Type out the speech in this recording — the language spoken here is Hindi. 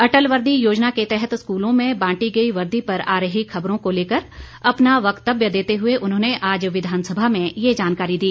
अटल वर्दी योना के तहत स्कूलों में बांटी गई वर्दी पर आ रही खबरों को लेकर अपना वक्तव्य देते हुए उन्होंने आज विधानसभा में ये जानकारी दी